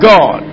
God